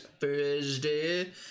Thursday